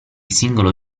singolo